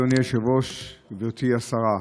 אדוני היושב-ראש, גברתי השרה,